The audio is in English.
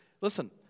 listen